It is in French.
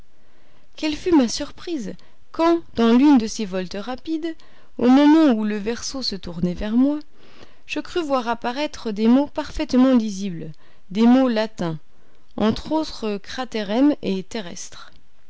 quelle fut ma surprise quand dans l'une de ces voltes rapides au moment où le verso se tournait vers moi je crus voir apparaître des mots parfaitement lisibles des mots latins entre autres craterem et terrestre